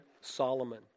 Solomon